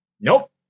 Nope